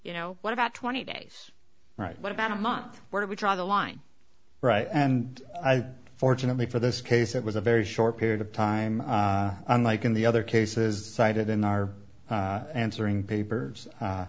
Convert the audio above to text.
you know what about twenty days right what about a month where do we draw the line right and fortunately for this case it was a very short period of time unlike in the other cases cited in our answering papers